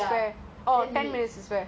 no you came